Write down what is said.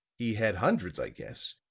he had hundreds, i guess,